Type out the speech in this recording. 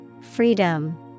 Freedom